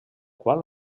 qual